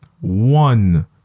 one